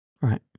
right